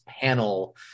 panel